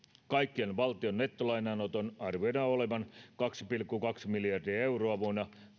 kaikkiaan valtion nettolainanoton arvioidaan olevan kaksi pilkku kaksi miljardia euroa vuonna